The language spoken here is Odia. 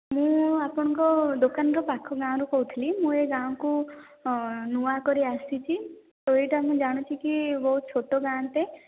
ମୁଁ ଆପଣଙ୍କ ଦୋକାନର ପାଖ ଗାଁ ରୁ କହୁଥିଲି ମୁଁ ଏ ଗାଁକୁ ନୂଆକରି ଆସିଛି ତ ଏଇଟା ମୁଁ ଜାଣୁଛି କି ବହୁତ ଛୋଟ ଗାଁଟେ